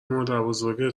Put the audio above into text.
مادربزرگت